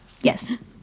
Yes